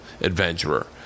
adventurer